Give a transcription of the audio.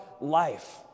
life